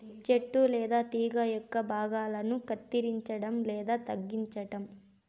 చెట్టు లేదా తీగ యొక్క భాగాలను కత్తిరించడం లేదా తగ్గించటం